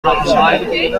alive